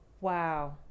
Wow